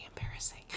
embarrassing